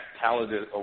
talented